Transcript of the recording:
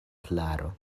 klaro